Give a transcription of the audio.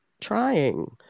trying